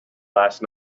last